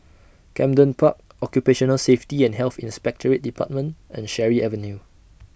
Camden Park Occupational Safety and Health Inspectorate department and Cherry Avenue